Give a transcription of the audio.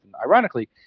Ironically